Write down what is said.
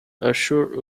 ashur